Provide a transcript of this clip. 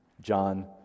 John